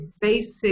basic